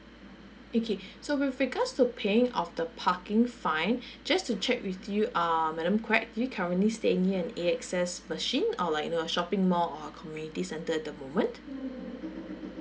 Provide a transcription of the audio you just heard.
okay so with regards to paying of the parking fine just to check with you um madam quek do you currently staying near A_X_S machine or like you know a shopping mall or a community centre at the moment